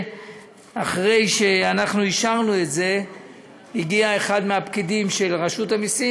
שאחרי שאישרנו את זה הגיע אחד מהפקידים של רשות המסים